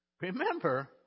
remember